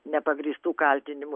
nepagrįstų kaltinimų